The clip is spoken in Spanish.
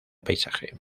paisaje